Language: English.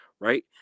Right